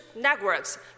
networks